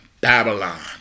Babylon